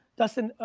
dustin,